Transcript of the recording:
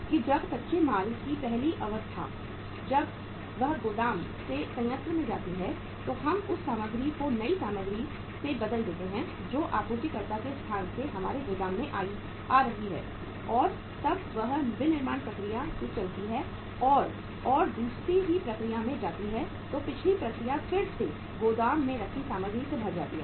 कि जब कच्चे माल की पहली अवस्था जब वह गोदाम से संयंत्र में जाती है तो हम उस सामग्री को नई सामग्री से बदल देते हैं जो आपूर्तिकर्ता के स्थान से हमारे गोदाम में आ रही है और जब वह विनिर्माण प्रक्रिया से चलती है और और दूसरे ही प्रक्रिया में जाती है तो पिछली प्रक्रिया फिर से गोदाम में रखी सामग्री से भर जाती है